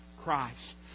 Christ